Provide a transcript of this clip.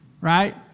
right